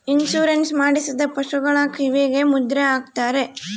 insurance ಮಾಡಿಸಿದ ಪಶುಗಳ ಕಿವಿಗೆ ಮುದ್ರೆ ಹಾಕ್ತಾರೆ